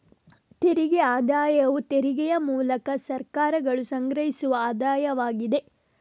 ತೆರಿಗೆ ಆದಾಯವು ತೆರಿಗೆಯ ಮೂಲಕ ಸರ್ಕಾರಗಳು ಸಂಗ್ರಹಿಸುವ ಆದಾಯವಾಗಿದೆ